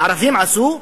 הערבים עשו?